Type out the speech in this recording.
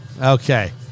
Okay